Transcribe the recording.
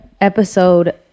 episode